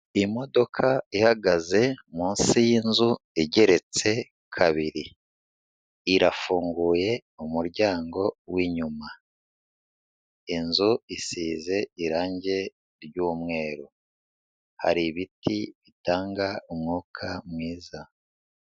Imodoka ihagaze munsi y'inzu igeretse kabiri, irafunguye umuryango w'inyuma, inzu isize irangi ry'umweru, hari ibiti bitanga umwuka mwiza.